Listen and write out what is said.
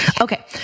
Okay